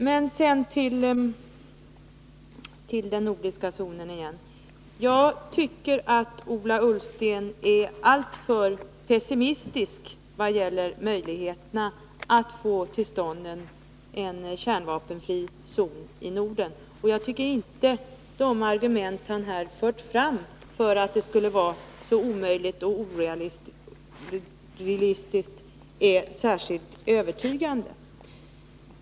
För att återgå till den nordiska zonen, så tycker jag att Ola Ullsten är alltför pessimistisk vad gäller möjligheterna att få till stånd en kärnvapenfri zon i Norden. Jag tycker inte att de argument han förde fram för att det skulle vara omöjligt och orealistiskt är särskilt övertygande.